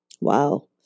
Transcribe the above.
Wow